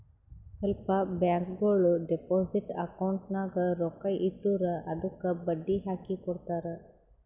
ಸ್ವಲ್ಪ ಬ್ಯಾಂಕ್ಗೋಳು deposit account ನಾಗ್ ರೊಕ್ಕಾ ಇಟ್ಟುರ್ ಅದ್ದುಕ ಬಡ್ಡಿ ಹಾಕಿ ಕೊಡ್ತಾರ್